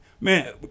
man